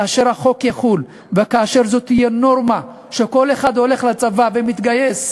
כאשר החוק יחול וכאשר זו תהיה נורמה שכל אחד הולך לצבא ומתגייס,